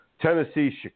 tennessee